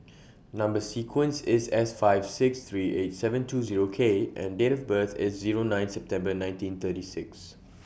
Number sequence IS S five six three eight seven two Zero K and Date of birth IS Zero nine September nineteen thirty six